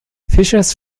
fischers